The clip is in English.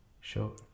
show